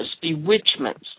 bewitchments